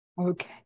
Okay